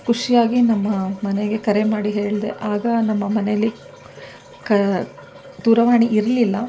ಖುಷಿಯಾಗಿ ನಮ್ಮ ಮನೆಗೆ ಕರೆ ಮಾಡಿ ಹೇಳಿದೆ ಆಗ ನಮ್ಮ ಮನೆಯಲ್ಲಿ ಕ ದೂರವಾಣಿ ಇರಲಿಲ್ಲ